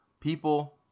people